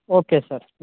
okay sir